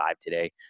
today